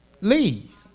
leave